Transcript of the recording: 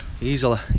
Easily